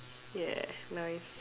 ya nice